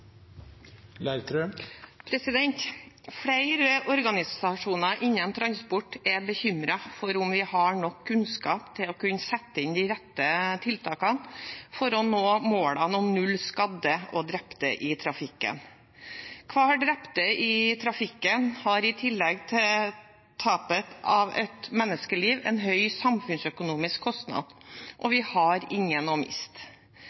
for om vi har nok kunnskap til å kunne sette inn de rette tiltakene for å nå målene om null skadde og drepte i trafikken. Hver drepte i trafikken har, i tillegg til tapet av et menneskeliv, en høy samfunnsøkonomisk kostnad, og vi har ingen å miste.